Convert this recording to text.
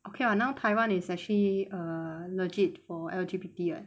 okay lah now taiwan is actually uh legit for L_G_B_T [what]